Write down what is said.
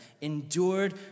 endured